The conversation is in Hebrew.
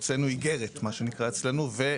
הוצאנו אגרת מה שנקרא אצלנו.